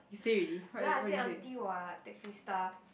ya I said auntie what take free stuff